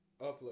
Upload